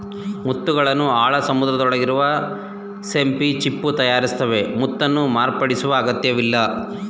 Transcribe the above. ಮುತ್ತುಗಳನ್ನು ಆಳ ಸಮುದ್ರದೊಳಗಿರುವ ಸಿಂಪಿ ಚಿಪ್ಪು ತಯಾರಿಸ್ತವೆ ಮುತ್ತನ್ನು ಮಾರ್ಪಡಿಸುವ ಅಗತ್ಯವಿಲ್ಲ